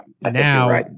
now